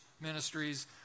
ministries